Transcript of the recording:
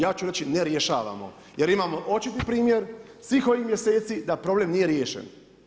Ja ću reći ne rješavamo jer imamo očiti primjer svih ovih mjeseci da problem nije riješen.